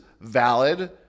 valid